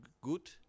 good